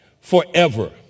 forever